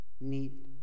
need